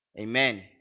Amen